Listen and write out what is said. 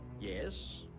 Yes